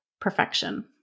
Perfection